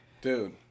Dude